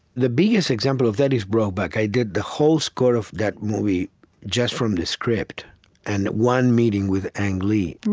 the biggest example of that is brokeback. i did the whole score of that movie just from the script and one meeting with ang lee